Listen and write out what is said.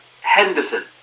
Henderson